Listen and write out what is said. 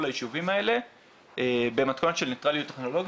היישובים האלה במתכונת של נייטרליות טכנולוגית,